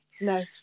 No